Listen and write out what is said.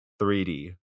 3D